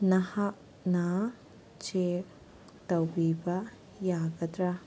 ꯅꯍꯥꯛꯅ ꯆꯦꯛ ꯇꯧꯕꯤꯕ ꯌꯥꯒꯗ꯭ꯔ